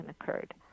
occurred